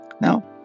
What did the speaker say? Now